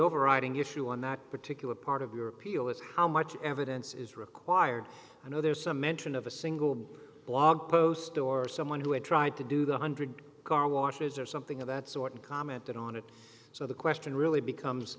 overriding issue on that particular part of your appeal is how much evidence is required i know there's some mention of a single blog post or someone who had tried to do the one hundred carwashes or something of that sort and commented on it so the question really becomes